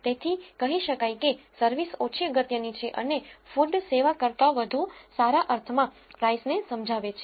તેથી કહી શકાય કે sevice ઓછી અગત્યની છે અને food સેવા કરતાં વધુ સારા અર્થમાં price ને સમજાવે છે